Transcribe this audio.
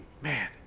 man